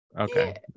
Okay